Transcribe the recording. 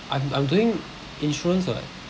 I'm I'm doing insurance [what]